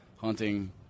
hunting